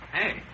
Hey